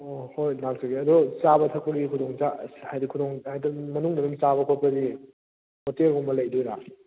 ꯑꯣ ꯍꯣꯏ ꯂꯥꯛꯆꯒꯦ ꯑꯗꯣ ꯆꯥꯕ ꯊꯛꯄꯒꯤ ꯈꯨꯗꯣꯡ ꯆꯥ ꯍꯥꯏꯗꯤ ꯈꯨꯗꯣꯡ ꯍꯥꯏ ꯃꯅꯨꯡꯗ ꯑꯗꯨꯝ ꯆꯥꯕ ꯈꯣꯠꯄꯒꯤ ꯍꯣꯇꯦꯜꯒꯨꯝꯕ ꯂꯩꯗꯣꯏꯔ